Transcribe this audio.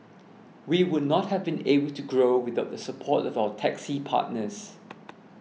we would not have been able to grow without the support of our taxi partners